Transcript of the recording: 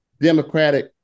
Democratic